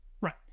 Right